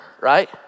right